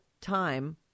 time